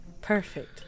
Perfect